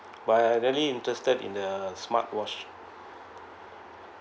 but I really interested in the smart watch